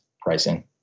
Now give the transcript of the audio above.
pricing